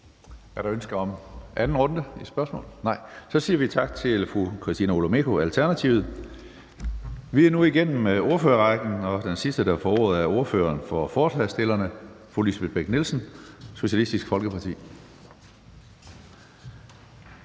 Er der ønske om en anden kort bemærkning? Nej. Så siger vi tak til fru Christina Olumeko, Alternativet. Vi er nu igennem ordførerrækken, og den sidste, der får ordet, er ordføreren for forslagsstillerne, fru Lisbeth Bech-Nielsen, Socialistisk Folkeparti.